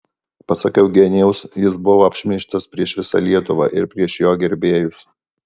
pasak eugenijaus jis buvo apšmeižtas prieš visą lietuvą ir prieš jo gerbėjus